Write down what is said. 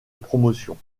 promotions